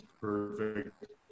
perfect